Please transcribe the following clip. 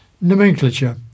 Nomenclature